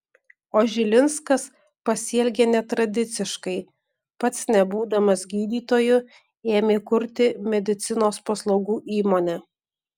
o žilinskas pasielgė netradiciškai pats nebūdamas gydytoju ėmė kurti medicinos paslaugų įmonę